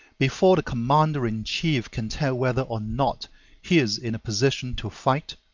before the commander-in-chief can tell whether or not he is in a position to fight,